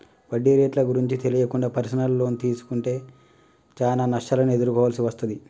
వడ్డీ రేట్లు గురించి తెలియకుండా పర్సనల్ తీసుకుంటే చానా నష్టాలను ఎదుర్కోవాల్సి వస్తది